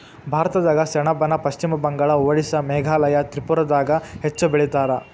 ಭಾರತದಾಗ ಸೆಣಬನ ಪಶ್ಚಿಮ ಬಂಗಾಳ, ಓಡಿಸ್ಸಾ ಮೇಘಾಲಯ ತ್ರಿಪುರಾದಾಗ ಹೆಚ್ಚ ಬೆಳಿತಾರ